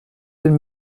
den